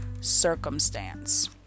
circumstance